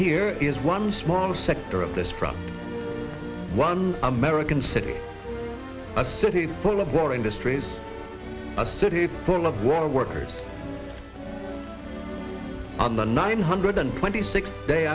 here is one small sector of this from one american city a city full of war industries a city full of war workers and the nine hundred twenty six day